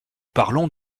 parlons